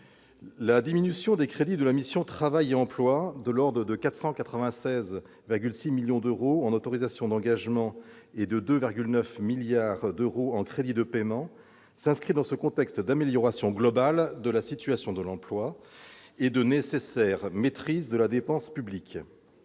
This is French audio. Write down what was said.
La diminution des crédits de la mission « Travail et emploi », de l'ordre de 496,6 millions d'euros en autorisations d'engagement et de 2,9 milliards d'euros en crédits de paiement, s'inscrit dans ce contexte d'amélioration globale de la situation de l'emploi et de maîtrise indispensable de la dépense publique.